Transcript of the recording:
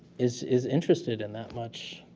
is is interested in that much